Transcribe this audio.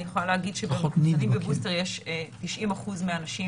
אני יכולה להגיד שבמחוסנים בבוסטר יש 90% מאנשים